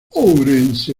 ourense